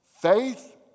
faith